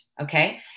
okay